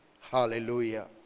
Hallelujah